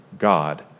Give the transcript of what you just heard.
God